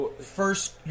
first –